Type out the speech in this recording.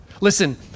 Listen